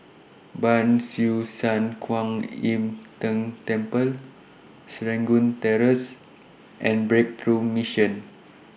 Ban Siew San Kuan Im Tng Temple Serangoon Terrace and Breakthrough Mission